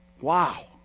Wow